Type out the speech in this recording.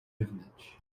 privilege